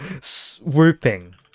swooping